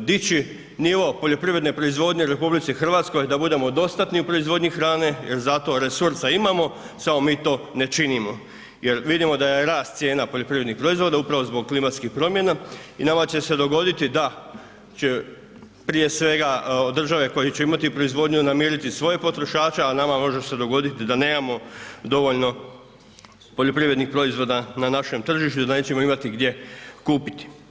dići nivo poljoprivredne proizvodnje u RH da budemo dostatni u proizvodnji hrane jer za to resursa imamo, samo mi to ne činimo, jer vidimo da je rast cijena poljoprivrednih proizvoda upravo zbog klimatskih promjena i nama će se dogoditi da će prije svega države koje će imati proizvodnju namiriti svoje potrošače, a nama može se dogoditi da nemamo dovoljno poljoprivrednih proizvoda na našem tržištu, da nećemo imati gdje kupiti.